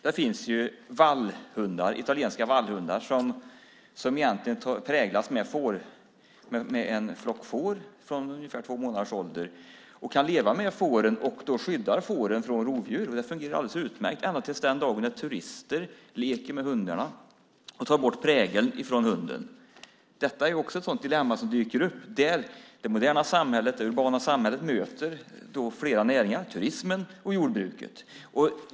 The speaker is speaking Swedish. Det finns italienska vallhundar som präglas med en flock får från ungefär två månaders ålder. De kan leva med fåren och skyddar fåren mot rovdjur. Det fungerar alldeles utmärkt ända tills den dagen turister leker med hundarna och tar bort prägeln från hunden. Detta är också ett dilemma som dyker upp. I det moderna och urbana samhället möts flera näringar. Det är turismen och jordbruket.